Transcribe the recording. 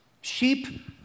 Sheep